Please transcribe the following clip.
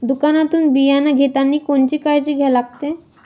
दुकानातून बियानं घेतानी कोनची काळजी घ्या लागते?